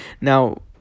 now